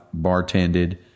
bartended